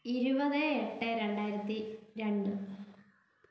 ഇരുപത് എട്ട് രണ്ടായിരത്തി രണ്ട്